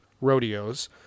rodeos